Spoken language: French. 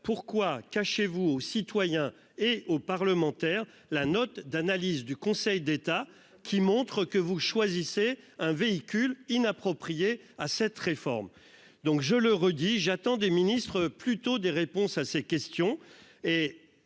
pourquoi cachez-vous aux citoyens et aux parlementaires la note d'analyse du Conseil d'État qui montre que vous choisissez un véhicule inapproprié à cette réforme. Donc je le redis, j'attends des ministres plutôt des réponses à ces questions